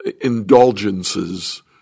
indulgences